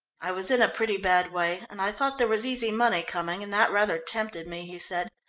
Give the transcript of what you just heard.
i was in a pretty bad way, and i thought there was easy money coming, and that rather tempted me, he said.